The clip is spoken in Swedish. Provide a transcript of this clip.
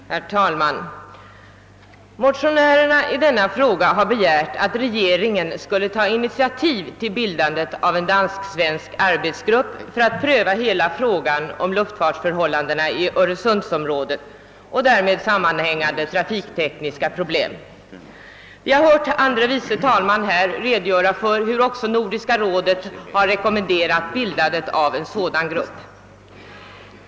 Herr talman! I motionsparet I:536 och II: 669 har motionärerna begärt att regeringen skulle ta initiativ till bildandet av en dansk-svensk arbetsgrupp för att pröva hela frågan om luftfartsförhållandena i öresundsområdet och därmed sammanhängande trafiktekniska problem. Vi har just hört herr andre vice talmannen redovisa att också Nordiska rådet har rekomenderat skapandet av en sådan grupp.